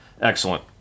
Excellent